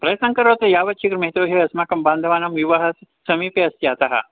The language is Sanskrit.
प्रयत्नं करोतु यावत् शीघ्रं यतो हि अस्माकं बान्धवानां विवाहः समीपे अस्ति अतः